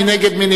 מי נגד?